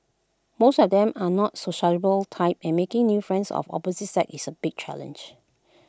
most of them are not sociable type and making new friends of the opposite sex is A big challenge